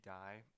die